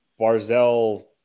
Barzell